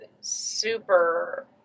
super